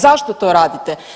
Zašto to radite?